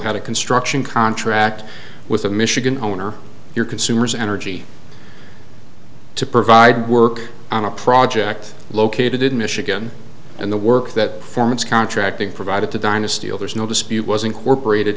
have a construction contract with the michigan owner your consumers energy to provide work on a project located in michigan and the work that foreman is contracting provided to dynasty and there's no dispute was incorporated